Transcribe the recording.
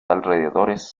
alrededores